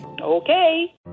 Okay